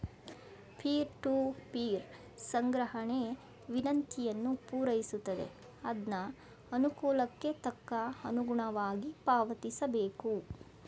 peer to peer ಸಂಗ್ರಹಣೆ ವಿನಂತಿಯನ್ನು ಪೂರೈಸುತ್ತದೆ ಅದ್ನ ಅನುಕೂಲಕ್ಕೆ ತಕ್ಕ ಅನುಗುಣವಾಗಿ ಪಾವತಿಸಬೇಕು